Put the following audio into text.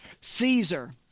Caesar